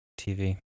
TV